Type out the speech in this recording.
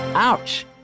Ouch